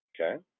okay